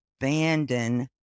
abandon